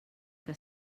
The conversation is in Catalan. que